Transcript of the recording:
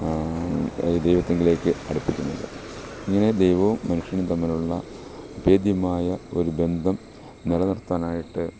ദൈവത്തിങ്കലേക്ക് അടുപ്പിക്കുന്നത് ഇങ്ങനെ ദൈവവും മനുഷ്യനും തമ്മിലുള്ള അഭേദ്യമായ ഒരു ബന്ധം നിലനിർത്താനായിട്ട്